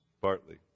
Bartley